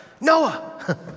Noah